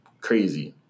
Crazy